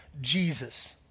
Jesus